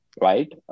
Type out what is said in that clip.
Right